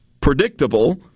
predictable